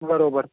બરાબર